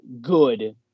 good